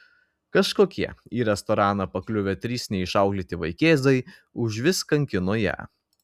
kažkokie į restoraną pakliuvę trys neišauklėti vaikėzai užvis kankino ją